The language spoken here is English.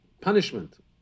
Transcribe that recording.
punishment